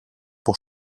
pour